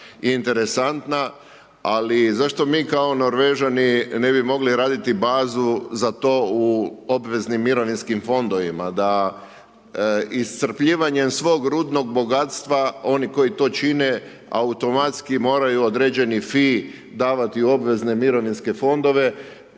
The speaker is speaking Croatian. je interesantna, ali zašto mi kao Norvežani ne bi mogli raditi bazu za to u obveznim mirovinskim fondovima, da iscrpljivanjem svog rudnog bogatstva, oni koji to čine automatski moraju određeni fee davati u obvezne mirovinske fondove,